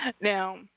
Now